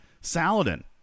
Saladin